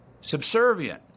subservient